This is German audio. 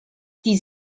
die